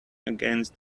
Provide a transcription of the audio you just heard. against